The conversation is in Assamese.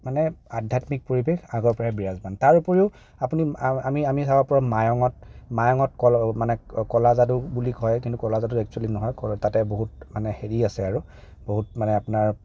মানে আধ্যাত্মিক পৰিৱেশ আগৰ পৰাই বিৰাজমান তাৰ উপৰিও আপুনি আমি আমি চাব পাৰোঁ মায়ঙত মায়ঙত মানে কলা যাদু বুলি হয় কিন্তু কলা যাদু এক্সোৱেলি নহয় তাতে বহুত মানে হেৰি আছে আৰু বহুত মানে আপোনাৰ